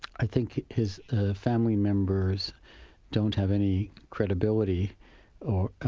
i think his family members don't have any credibility